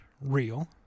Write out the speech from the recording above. real